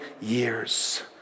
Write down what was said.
years